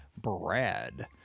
Brad